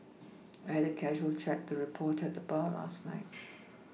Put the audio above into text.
I had a casual chat with a reporter at the bar last night